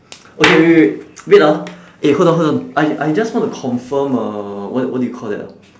okay wait wait wait wait ah eh hold on hold on I I just wanna confirm uh what what do you call that